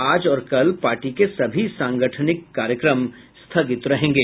आज और कल पार्टी के सभी सांगठनिक कार्यक्रम स्थगित रहेंगे